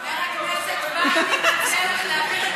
חבר הכנסת וקנין מציע לך להעביר את ילדייך לחינוך החרדי.